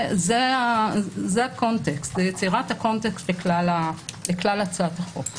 זה הקונטקסט, ליצירת הקונטקסט לכלל הצעת החוק.